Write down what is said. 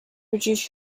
reduce